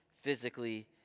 physically